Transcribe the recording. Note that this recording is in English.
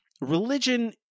Religion